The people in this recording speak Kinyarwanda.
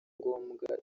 ngombwa